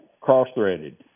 cross-threaded